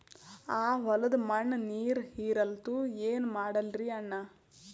ಆ ಹೊಲದ ಮಣ್ಣ ನೀರ್ ಹೀರಲ್ತು, ಏನ ಮಾಡಲಿರಿ ಅಣ್ಣಾ?